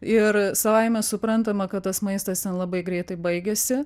ir savaime suprantama kad tas maistas ten labai greitai baigėsi